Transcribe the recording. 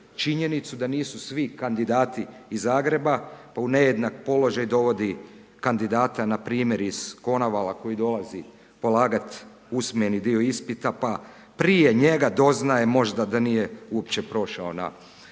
činjenicu da nisu svi kandidati iz Zagreba, pa u nejednak položaj dovodi kandidata npr. iz Konavala koji dolazi polagat usmeni dio ispita pa prije njega doznaje možda da nije uopće prošao na